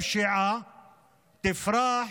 הפשיעה תפרח,